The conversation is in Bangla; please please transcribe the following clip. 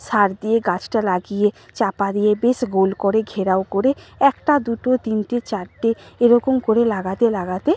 সার দিয়ে গাছটা লাগিয়ে চাপা দিয়ে বেশ গোল করে ঘেরাও করে একটা দুটো তিনটে চারটে এরকম করে লাগাতে লাগাতে